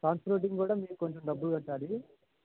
కూడా మీరు కొంచెం డబ్బులు కట్టాలి